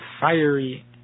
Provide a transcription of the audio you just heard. fiery